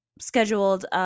scheduled